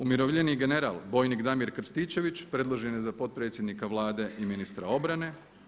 Umirovljeni general bojnik Damir Krstičević, predložen je za potpredsjednika Vlade i ministra obrane.